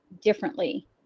differently